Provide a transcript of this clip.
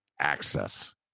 access